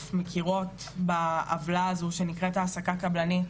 מכירות בעוולה הזו שנקראת העסקה קבלנית,